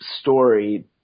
story